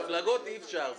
מפלגות אי אפשר,